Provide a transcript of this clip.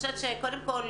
קודם כול,